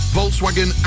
Volkswagen